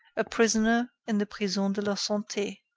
a prisoner in the prison de la sante.